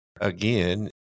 again